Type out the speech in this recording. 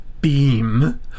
beam